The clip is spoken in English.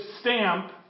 stamp